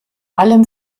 allem